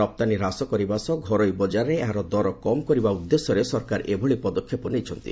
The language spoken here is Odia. ରପ୍ତାନୀ ହ୍ରାସ କରିବା ସହ ଘରୋଇ ବଜାରରେ ଏହାର ଦର କମ୍ କରିବା ଉଦ୍ଦେଶ୍ୟରେ ସରକାର ଏଭଳି ପଦକ୍ଷେପ ନେଇଛନ୍ତି